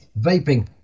Vaping